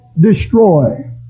destroy